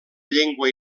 llengua